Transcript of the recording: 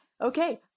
okay